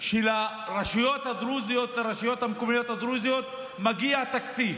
שלרשויות המקומיות הדרוזיות מגיע תקציב